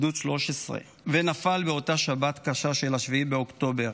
גדוד 13, ונפל באותה שבת קשה של 7 באוקטובר